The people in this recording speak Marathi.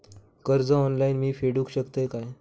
कर्ज ऑनलाइन मी फेडूक शकतय काय?